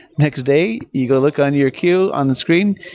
next day, you go look on your queue on the screen.